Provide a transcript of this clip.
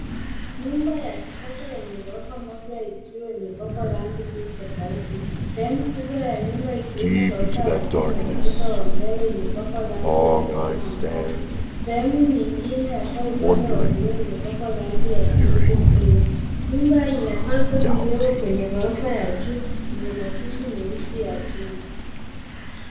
Nyumba ya kisasa yenye ghorofa moja ikiwa imepakwa rangi mbili tofauti. Sehemu kubwa ya nyumba , ikiwemo ghorofa ya juu na ukuta wa mbele imepakwa rangi ya njano angavu. Sehemu nyingine, hasa upande wa kulia umepakwa rangi ya kijivu bure. Nyumba ina balcony ndogo kwenye ghorofa ya juu yenye madusi meusi ya chuma.